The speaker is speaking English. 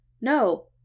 no